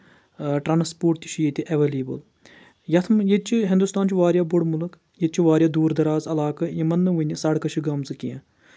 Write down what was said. transport تہِ چھُ ییٚتہِ ایویلیبٕل یَتھ ییٚتہِ چھِ ہِندُستان چھُ واریاہ بوٚڑ مُلک ییٚتہِ چھِ واریاہ دوٗر دراز علاقہٕ یِمن نہٕ وٕنہِ سڑکہٕ چھِ گٔمژٕ کینٛہہ